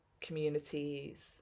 communities